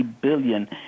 billion